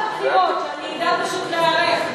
הבחירות, שאני אדע פשוט להיערך.